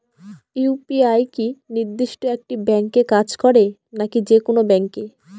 UPI কি নির্দিষ্ট একটি ব্যাংকে কাজ করে নাকি যে কোনো ব্যাংকে?